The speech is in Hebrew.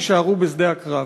ויישארו בשדה הקרב.